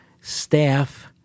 staff